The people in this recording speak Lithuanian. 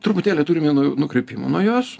truputėlį turim jau n nukrypimų nuo jos